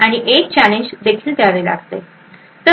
आणि एक चॅलेंज देखील द्यावे लागते